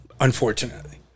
unfortunately